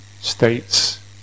states